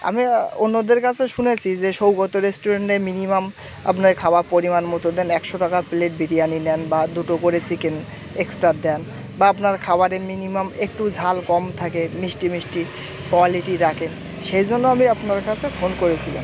আমি অন্যদের কাছে শুনেছি যে সৌগত রেস্টুরেন্টে মিনিমাম আপনার খাওয়া পরিমাণ মতো দেন একশো টাকা প্লেট বিরিয়ানি নেন বা দুটো করে চিকেন এক্সট্রা দেন বা আপনার খাবারের মিনিমাম একটু ঝাল কম থাকে মিষ্টি মিষ্টি কোয়ালিটি রাখেন সেই জন্য আমি আপনার কাছে ফোন করেছিলাম